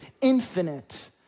infinite